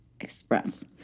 express